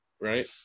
right